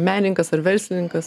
menininkas ar verslininkas